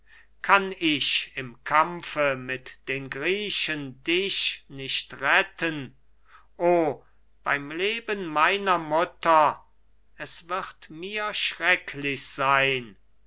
kann ich im kampfe mit den griechen dich nicht retten o beim leben meiner mutter es wird mir schrecklich sein